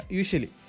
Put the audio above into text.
usually